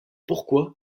pourquoi